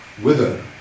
wither